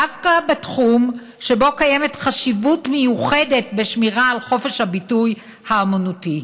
דווקא בתחום שבו קיימת חשיבת מיוחדת בשמירה על חופש הביטוי האומנותי.